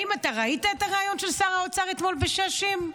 האם אתה ראית את הריאיון של שר האוצר אתמול ב"שש עם"?